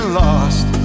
lost